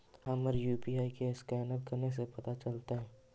हमर यु.पी.आई के असकैनर कने से पता चलतै?